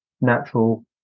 natural